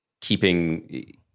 keeping